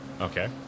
okay